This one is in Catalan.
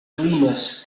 climes